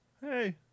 Hey